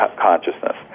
consciousness